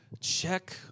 Check